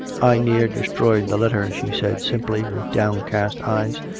i near destroyed the letter, she said simply, with downcast eyes,